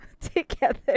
together